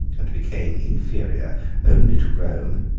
and became inferior only to rome,